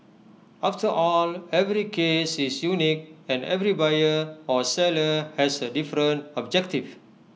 after all every case is unique and every buyer or seller has A different objective